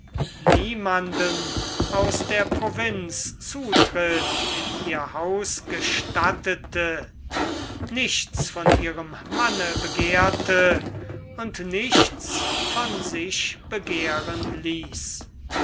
niemanden aus der provinz zutritt in ihr haus gestattete nichts von ihrem manne begehrte und nichts von sich begehren ließ